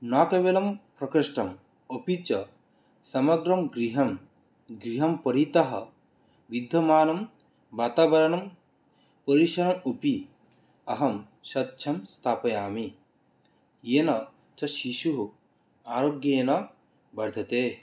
न केवलं प्रकोष्ठम् अपि च समग्रं गृहं गृहं परितः विद्यमानं वातावरणं परिसरम् अपि अहं स्वच्छं स्थापयामि येन तत् शिशुः आरोग्येण वर्धते